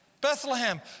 Bethlehem